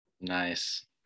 Nice